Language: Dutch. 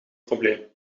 probleem